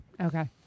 Okay